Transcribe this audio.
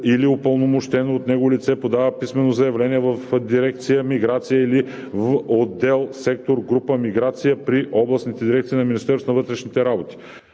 или упълномощено от него лице подава писмено заявление в дирекция „Миграция“ или в отдел/сектор/група „Миграция“ при областните дирекции на Министерството на вътрешните работи.